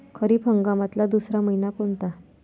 खरीप हंगामातला दुसरा मइना कोनता?